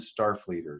Starfleeters